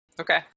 Okay